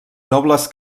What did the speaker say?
nobles